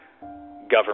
government